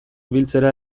biltzera